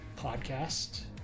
podcast